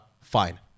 Fine